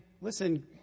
listen